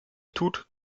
tut